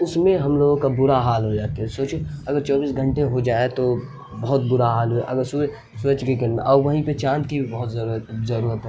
اس میں ہم لوگوں کا برا حال ہو جاتا ہے سوچیے اگر چوبیس گھنٹے ہو جائے تو بہت برا حال ہو جائے اگر سورج سورج کی کرن اور وہیں پہ چاند کی بھی بہت ضرورت ضرورت ہے